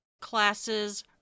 classes